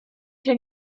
się